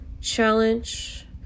Challenge